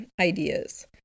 ideas